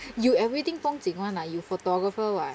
you everything 风景 [one] ah you photographer [what]